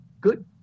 Good